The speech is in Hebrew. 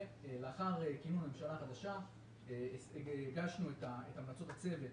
לאחר כינון הממשלה החדשה הגשנו את המלצות הצוות